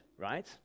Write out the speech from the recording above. right